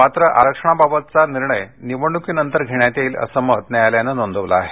मात्र आरक्षणाचा बाबतचा निर्णय निवडणुकीनंतर घेण्यात येईल असं मत न्यायालयाने नोंदवलं आहे